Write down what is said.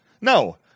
no